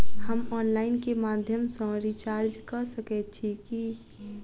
हम ऑनलाइन केँ माध्यम सँ रिचार्ज कऽ सकैत छी की?